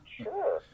sure